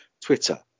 Twitter